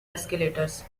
escalators